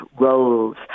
roles